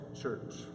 church